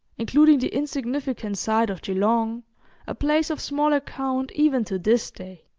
including the insignificant site of geelong, a place of small account even to this day.